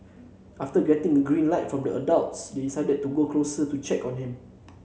after getting a green light from the adults they decided to go closer to check on him